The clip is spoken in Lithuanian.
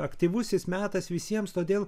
aktyvusis metas visiems todėl